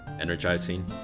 energizing